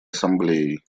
ассамблеей